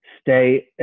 stay